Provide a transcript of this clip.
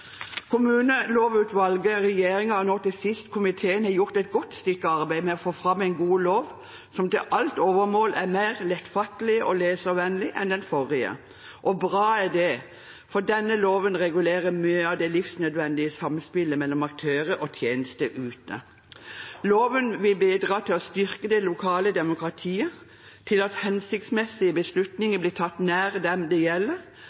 Kommunelovutvalget, regjeringen og nå til sist komiteen har gjort et godt stykke arbeid med å få fram en god lov som til alt overmål er mer lettfattelig og leservennlig enn den forrige, og bra er det. Denne loven regulerer mye av det livsnødvendige samspillet mellom aktører og tjenester ute. Loven vil bidra til å styrke det lokale demokratiet, til at hensiktsmessige beslutninger blir tatt nær dem det gjelder,